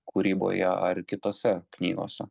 kūryboje ar kitose knygose